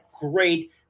great